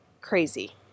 crazy